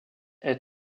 est